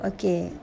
Okay